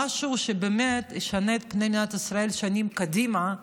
משהו שבאמת ישנה את פני מדינת ישראל שנים קדימה,